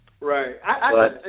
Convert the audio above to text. Right